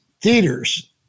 theaters